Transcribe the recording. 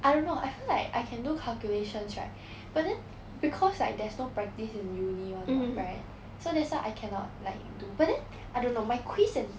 I don't know I feel like I can do calculations right but then because like there's no practise in uni [one] [what] right so that's why I cannot like do but then I don't know my quiz and